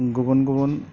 गुबुन गुबुन